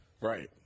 Right